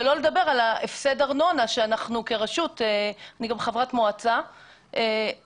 שלא לדבר על הפסד הארנונה שהרשות אני גם חברת מועצה - תפסיד.